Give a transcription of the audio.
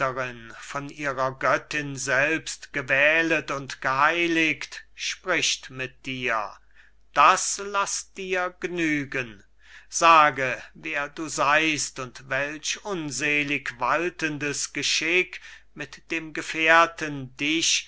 von ihrer göttin selbst gewählet und geheiligt spricht mit dir das laß dir g'nügen sage wer du seist und welch unselig waltendes geschick mit dem gefährten dich